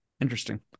Interesting